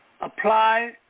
apply